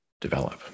develop